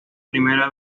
primera